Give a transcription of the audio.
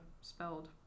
spelled